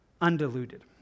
undiluted